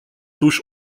tuż